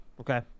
okay